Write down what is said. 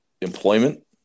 employment